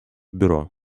бюро